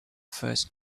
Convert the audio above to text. first